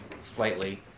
slightly